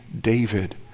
David